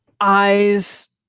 eyes